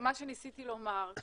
זה מה שניסיתי לומר.